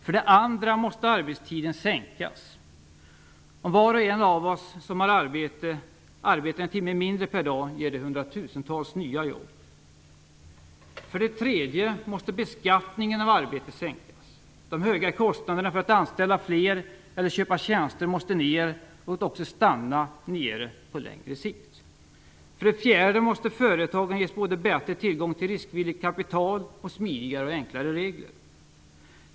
För det andra måste arbetstiden sänkas. Om var och en av oss som har arbete arbetar en timme mindre per dag ger det hundratusentals nya jobb. För det tredje måste beskattningen av arbete sänkas. Det höga kostnaderna för att anställa fler eller köpa tjänster måste ned, och också stanna nere på längre sikt. För det fjärde måste företagen ges både bättre tillgång till riskvilligt kapital och smidigare och enklare regler.